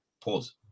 pause